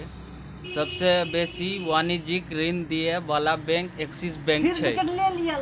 सबसे बेसी वाणिज्यिक ऋण दिअ बला बैंक एक्सिस बैंक छै